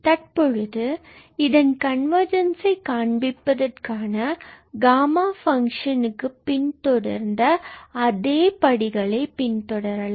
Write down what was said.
தற்பொழுது இதன் கன்வர்ஜென்ஸை காண்பிப்பதற்காக காமா ஃபங்ஷனுக்கு பின்தொடர்ந்த அதே படிகளை பின் தொடரலாம்